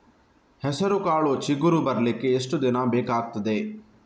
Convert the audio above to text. ಹೆಸರುಕಾಳು ಚಿಗುರು ಬರ್ಲಿಕ್ಕೆ ಎಷ್ಟು ದಿನ ಬೇಕಗ್ತಾದೆ?